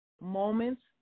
moments